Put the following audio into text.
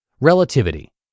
Relativity